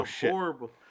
horrible